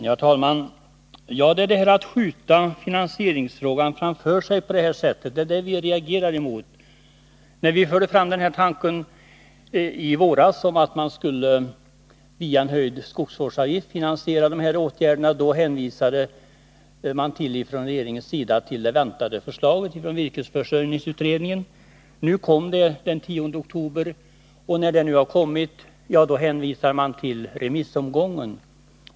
Herr talman! Det är det här sättet att skjuta finansieringsfrågan framför sig som vi reagerar emot. När vi i våras förde fram tanken på att man via en höjd skogsvårdsavgift skulle finansiera de här åtgärderna hänvisade regeringen till det väntade förslaget från virkesförsörjningsutredningen. Detta förslag kom den 10 oktober, men när det nu har kommit, då hänvisar man till remissomgången.